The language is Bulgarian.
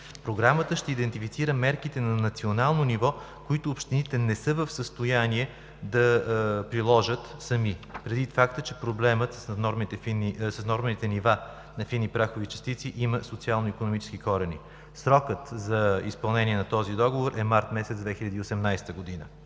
Програмата ще идентифицира мерките на национално ниво, които общините не са в състояние да приложат сами, предвид факта, че проблемът с наднормените нива на фини прахови частици има социално-икономически корени. Срокът за изпълнение на този договор е март месец 2018 г.